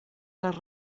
les